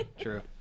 true